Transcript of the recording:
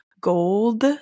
gold